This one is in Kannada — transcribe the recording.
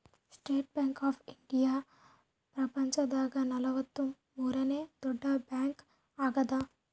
ಸ್ಟೇಟ್ ಬ್ಯಾಂಕ್ ಆಫ್ ಇಂಡಿಯಾ ಪ್ರಪಂಚ ದಾಗ ನಲವತ್ತ ಮೂರನೆ ದೊಡ್ಡ ಬ್ಯಾಂಕ್ ಆಗ್ಯಾದ